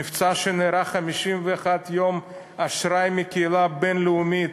מבצע שנערך 51 יום, עם אשראי מהקהילה הבין-לאומית,